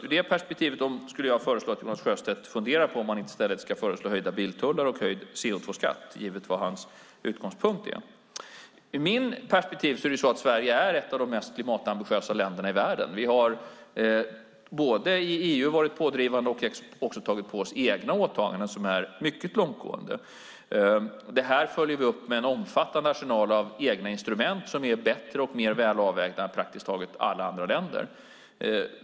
Ur det perspektivet skulle jag föreslå att Jonas Sjöstedt funderar på om han inte i stället ska föreslå höjda biltullar och höjd CO2-skatt givet vad hans utgångspunkt är. Ur mitt perspektiv är Sverige ett av de mest klimatambitiösa länderna i världen. Vi har varit pådrivande i EU och också tagit på oss egna åtaganden som är mycket långtgående. Det här följer vi upp med en omfattande arsenal av egna instrument som är bättre och mer välavvägda än praktiskt taget alla andra länders.